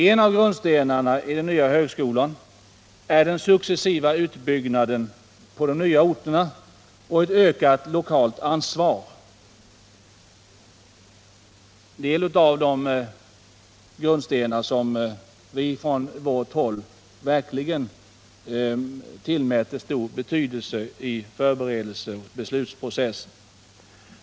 En av grundstenarna i den nya högskolan är den successiva utbyggnaden på nya orter och ett ökat lokalt ansvar, vilket vi från vårt håll verkligen tillmätte stor betydelse i förberedelsearbetet.